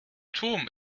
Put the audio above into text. turm